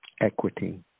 Equity